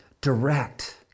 direct